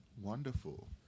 wonderful